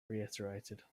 reiterated